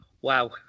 Wow